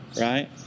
Right